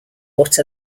what